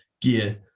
gear